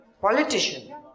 Politician